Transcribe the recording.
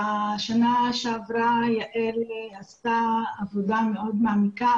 בשנה שעברה יעל עשתה עבודה מאוד מעמיקה,